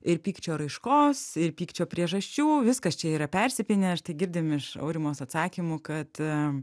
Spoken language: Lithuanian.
ir pykčio raiškos ir pykčio priežasčių viskas čia yra persipynę štai girdim iš aurimos atsakymų kad